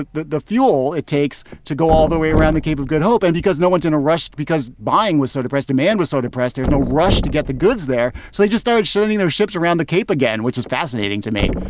the the fuel it takes to go all the way around the cape of good hope. and because no one's in a rush, because buying was so depressed, demand was so depressed, there's no rush to get the goods there. so they just started shooting their ships around the cape again, which is fascinating to me.